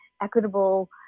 equitable